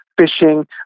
fishing